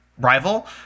rival